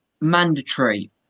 mandatory